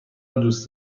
دوست